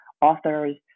authors